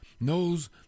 knows